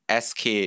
SK